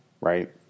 right